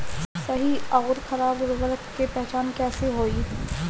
सही अउर खराब उर्बरक के पहचान कैसे होई?